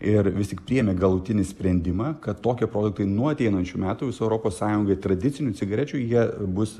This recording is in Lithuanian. ir vis tik priėmė galutinį sprendimą kad tokie projektai nuo ateinančių metų visoj europos sąjungoj tradicinių cigarečių jie bus